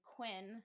Quinn